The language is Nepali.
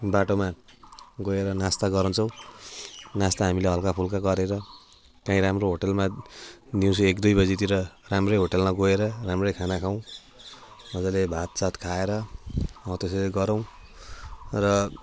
बाटोमा गएर नास्ता गराउँछौँ नास्ता हामीले हल्का फुल्का गरेर काहीँ राम्रो होटेलमा दिउँसो एक दुई बजीतिर राम्रै होटेलमा गएर राम्रै खाना खाऊँ मजाले भातसात खाएर हौ त्यसरी गरौँ र